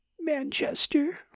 Manchester